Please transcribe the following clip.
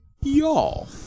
y'all